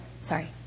Sorry